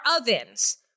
ovens